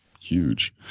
huge